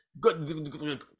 Good